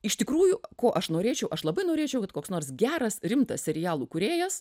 iš tikrųjų ko aš norėčiau aš labai norėčiau kad koks nors geras rimtas serialų kūrėjas